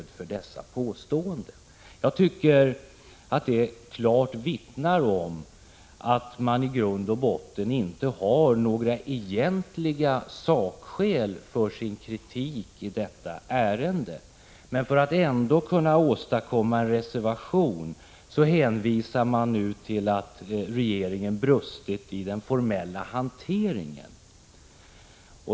Det vittnar klart om att reservanterna i grund och botten inte har några egentliga sakskäl för sin kritik i detta ärende. För att ändå åstadkomma en reservation hänvisar de nu till att regeringen har brustit i den formella hanteringen.